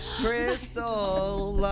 crystal